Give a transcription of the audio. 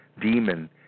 Demon